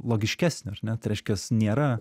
logiškesnio ar ne tai reiškias nėra